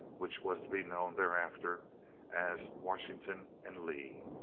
which was to be known thereafter as washington and lee.